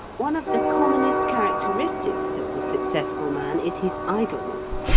one of the commonest characteristics of the successful man is his idleness,